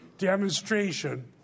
Demonstration